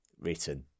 written